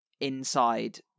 Inside